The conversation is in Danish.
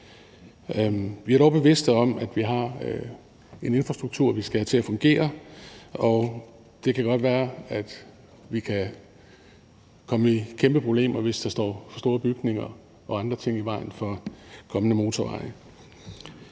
Vi er dog bevidste om, at vi har en infrastruktur, vi skal have til at fungere, og det kan godt være, at vi kan komme i kæmpe problemer, hvis der står for store bygninger og andre ting i vejen for kommende motorveje.